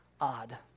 odd